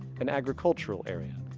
an agricultural area.